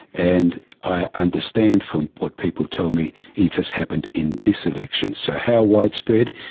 and i understand from what people tell me it has happened in this election. so, how widespread?